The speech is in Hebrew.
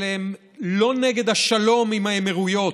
הם לא נגד שלום עם האמירויות,